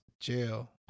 jail